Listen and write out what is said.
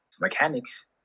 mechanics